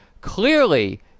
Clearly